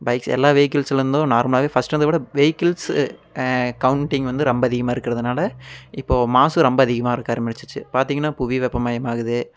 bikes எல்லா வெஹிக்கிள்ஸ்லேருந்து நார்மலாகவே ஃபர்ஸ்ட் இருந்ததை விட வெஹிக்கிள்ஸ்ஸு கவுண்டிங் வந்து ரொம்ப அதிகமாக இருக்கிறதுனால இப்போது மாசு ரொம்ப அதிகமாக இருக்க ஆரம்பிச்சிச்சு பார்த்தீங்கன்னா புவி வெப்பமயமாகுது